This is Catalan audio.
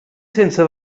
sense